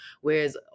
Whereas